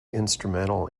instrumental